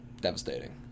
Devastating